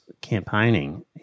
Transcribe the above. campaigning